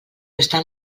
estan